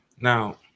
Now